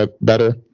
better